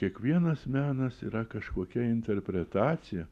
kiekvienas menas yra kažkokia interpretacija